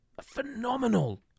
phenomenal